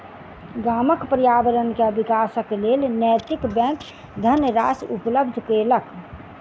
गामक पर्यावरण के विकासक लेल नैतिक बैंक धनराशि उपलब्ध केलक